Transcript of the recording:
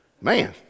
Man